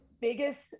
biggest